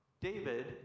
David